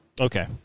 Okay